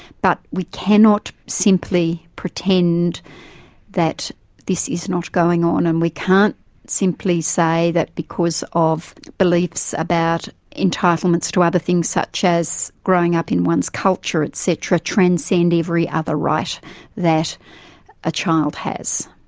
but we cannot simply pretend that this is not going on, and we can't simply say that because of beliefs about entitlements to other things such as growing up in one's culture, et cetera, transcend every other right that a child has.